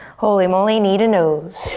holy moly, knee to nose.